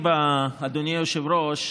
אדוני היושב-ראש,